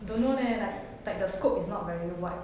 don't know leh like like the scope is not very wide